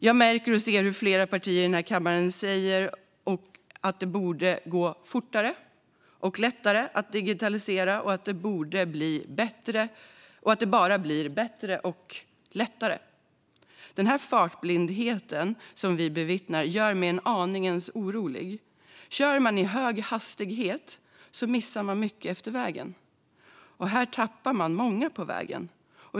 Jag märker och ser hur flera partier i den här kammaren säger att det borde gå fortare och lättare att digitalisera och att det bara blir bättre och lättare. Den här fartblindheten som vi bevittnar gör mig en aning orolig. Kör man i hög hastighet missar man mycket efter vägen. Här tappar man många på vägen.